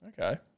Okay